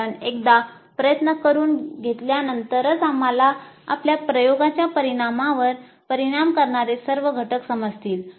कारण एकदा प्रयत्न करून घेतल्यानंतरच आम्हाला आपल्या प्रयोगाच्या परिणामांवर परिणाम करणारे सर्व घटक समजतील